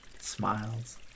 Smiles